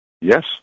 Yes